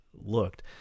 looked